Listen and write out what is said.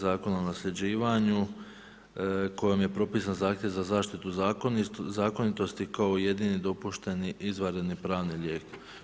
Zakona o nasljeđivanju kojim je propisan zahtjev za zaštitu zakonitosti kao jedini dopušteni izvanredni pravni lijek.